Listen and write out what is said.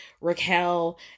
Raquel